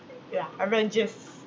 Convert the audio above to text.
ya avengers